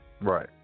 Right